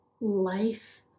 life